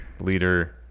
leader